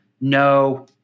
No